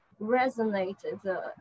resonated